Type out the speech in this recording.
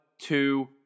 two